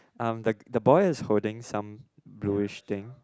um the the boy is holding some bluish thing